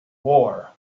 war